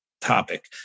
topic